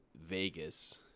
Vegas